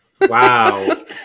Wow